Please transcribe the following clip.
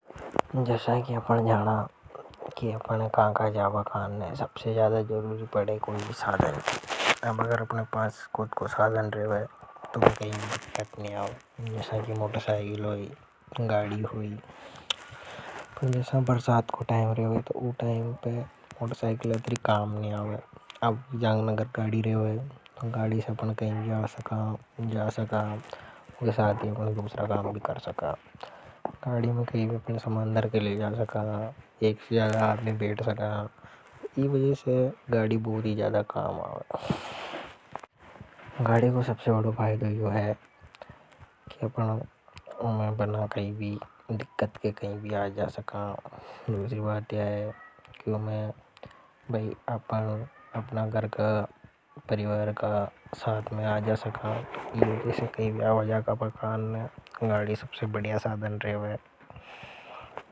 जैसा कि अपने जाना कि अपने कहा का जावा कान ने सबसे ज्यादा जरूरी पड़े कोई भी साधन। अब अगर अपने पास कोई कोई साधन रहे हुए तो कहीं दीत्कत नहीं आवे। जैसा कि मोटर साइकल हुई, गाड़ी हुई। पर जैसा बर्साद को टाइम रहे थे वह टाइम पर ऑटोसाइकल तरीके काम नहीं आगे अब जांग नगर काड़ी रहो है तो। गाड़ी से अपने जा सका जा सका और दूसरा काम भी कर सका गाड़ी में पर हमारे समांदर के लिए जा सका। अंदर के लिए जाएगा। एक सी ज्यादा आपने बेट सकना। इस वज़े से गाड़ी बहुत ही ज्यादा कामआवे। गाड़ी को सबसे बड़ा फायदा यो भाई जो है कि अपना मैं बना कई भी दिक्कत के कहीं भी आ जा सका। दूसरी बात यह है क्यों मैं अपना गर का परिवार का साथ में आ जा सका।